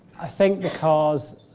i think because